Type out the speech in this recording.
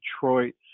Detroit